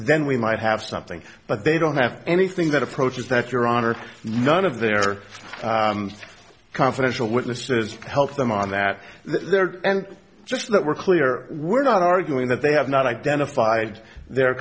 then we might have something but they don't have anything that approaches that your honor none of their confidential witnesses help them on that there and just that we're clear we're not arguing that they have not identified the